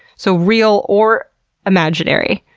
so, real or imaginary.